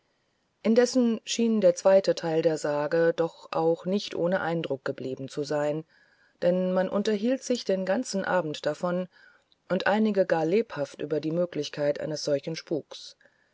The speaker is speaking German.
indessen schien der zweite teil der sage doch auch nicht ohne eindruck geblieben zu sein denn man unterhielt sich den ganzen abend davon und einige gar ernsthaft über die möglichkeit solchen spuks